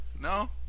No